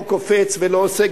לא קופץ ולא עושה,